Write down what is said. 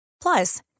Plus